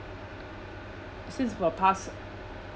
since for past